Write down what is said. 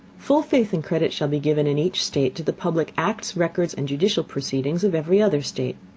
full faith and credit shall be given in each state to the public acts, records, and judicial proceedings of every other state.